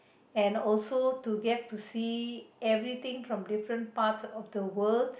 and also to get to see everything from different parts of the world